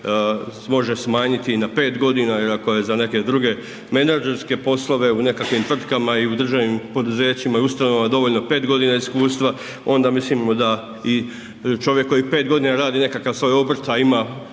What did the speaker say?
može smanjiti i na 5 godina jer ako je za neke druge menadžerske poslove u nekakvim tvrtkama i u državnim poduzećima i ustanovama dovoljno 5 godina iskustva, onda mislimo da čovjek koji 5 godina radi nekakav svoj obrt a ima